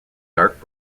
dark